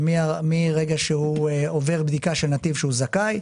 שמרגע שהוא עובר בדיקה של נתיב שהוא זכאי,